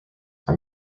are